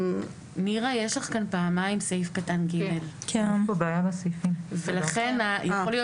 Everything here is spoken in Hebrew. נירה יש לך כאן פעמיים סעיף קטן (ג) ולכן יכול להיות